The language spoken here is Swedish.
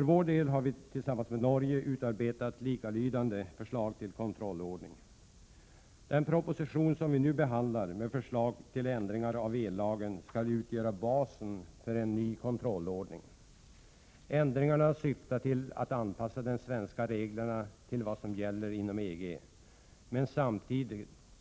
I Sverige har vi tillsammans med Norge utarbetat likalydande förslag till kontrollordning. Den proposition som vi nu behandlar, med förslag till ändringar av ellagen, skall utgöra basen för en ny kontrollordning. Ändringarna syftar till att anpassa de svenska reglerna till vad som gäller inom EG